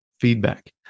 feedback